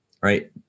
right